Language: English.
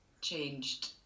changed